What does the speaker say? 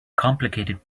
complicated